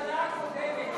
הממשלה הקודמת,